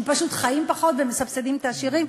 הם פשוט חיים פחות ומסבסדים את העשירים.